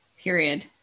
period